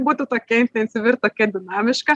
būtų tokia intensyvi ir tokia dinamiška